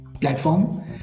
Platform